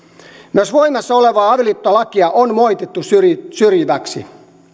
myös voimassa olevaa avioliittolakia on moitittu syrjiväksi syrjiväksi